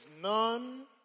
none